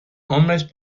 عمرش